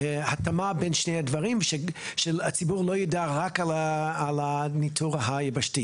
התאמה בין שני הדברים שהציבור לא יידע רק על הניטור היבשתי.